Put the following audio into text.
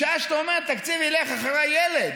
משעה שאתה אומר שהתקציב ילך אחרי הילד